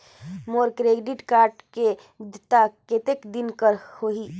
मोर credit card के वैधता कतेक दिन कर होही?